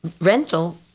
rental